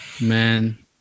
Man